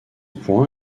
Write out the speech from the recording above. point